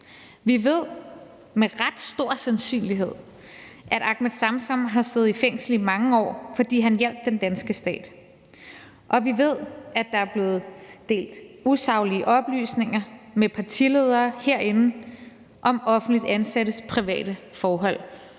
Vi ved med ret stor sandsynlighed, at Ahmed Samsam har siddet i fængsel i mange år, fordi han hjalp den danske stat. Og vi ved, at der er blevet en delt usaglige oplysninger med partiledere herinde om offentligt ansattes private forhold.